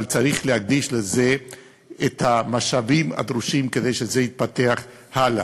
אבל צריך להקדיש לזה את המשאבים הדרושים כדי שזה יתפתח הלאה.